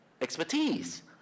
expertise